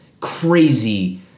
crazy